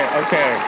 okay